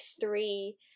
three